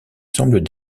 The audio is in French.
semblent